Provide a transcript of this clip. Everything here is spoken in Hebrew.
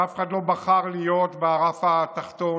ואף אחד לא בחר להיות ברף התחתון